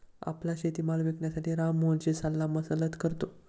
आपला शेतीमाल विकण्यासाठी राम मोहनशी सल्लामसलत करतो